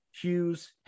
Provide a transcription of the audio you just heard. Hughes